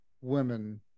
women